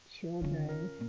children